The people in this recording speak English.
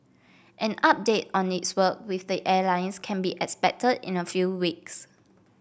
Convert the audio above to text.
an update on its work with the airlines can be expected in a few weeks